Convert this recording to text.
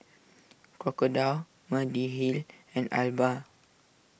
Crocodile Mediheal and Alba